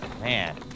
Man